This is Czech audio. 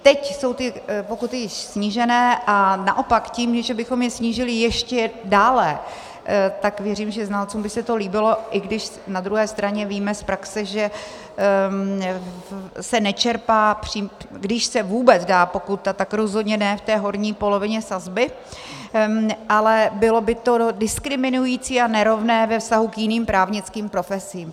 Teď jsou ty pokuty již snížené, a naopak tím, že bychom je snížili ještě dále, tak věřím, že znalcům by se to líbilo, i když na druhé straně víme z praxe, že se nečerpá, když se vůbec dá pokuta, tak rozhodně ne v té horní polovině sazby, ale bylo by to diskriminující a nerovné ve vztahu k jiným právnickým profesím.